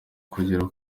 kugera